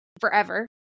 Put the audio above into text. forever